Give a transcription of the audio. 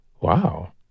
wow